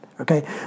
okay